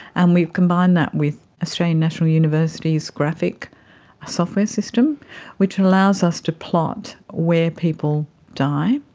and we combine that with australian national university's graphic software system which allows us to plot where people die.